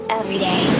everyday